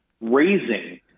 raising